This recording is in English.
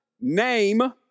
Name